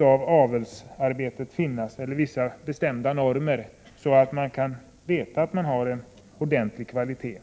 av avelsarbetet eller vissa bestämda normer, så att man vet att avelsdjuren är av ordentlig kvalitet.